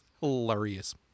hilarious